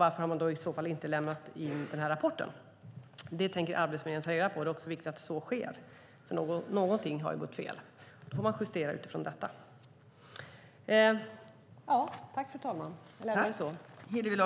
Varför har de i så fall inte lämnat in rapporten? Det tänker Arbetsförmedlingen ta reda på, och det är viktigt att så sker. Någonting har gått fel, och då får man justera utifrån detta.